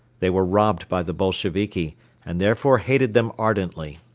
they were robbed by the bolsheviki and therefore hated them ardently.